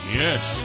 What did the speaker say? yes